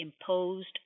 imposed